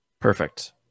Perfect